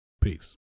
peace